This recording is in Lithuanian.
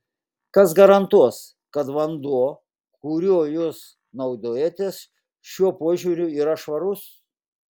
kas garantuos kad vanduo kuriuo jūs naudojatės šiuo požiūriu yra švarus